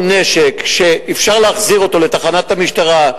נשק יוכל להחזיר אותו לתחנת המשטרה,